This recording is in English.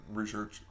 research